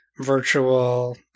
virtual